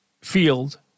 field